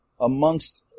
amongst